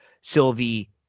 Sylvie